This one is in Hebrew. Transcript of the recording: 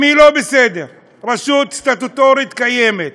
אם היא לא בסדר, רשות סטטוטורית קיימת,